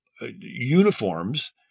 uniforms